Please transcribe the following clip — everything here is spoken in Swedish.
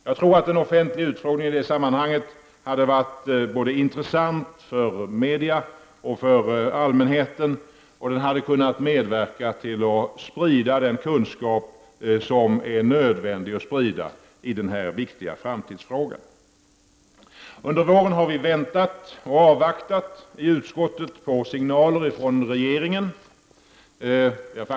Jag tror att en offentlig utredning i detta sammanhang hade varit intressant för media och för allmänheten och att den hade kunnat medverka till att sprida den kunskap som är nödvändig att sprida i denna viktiga framtidsfråga. Under våren har utskottet avvaktat och väntat på signaler från regeringen.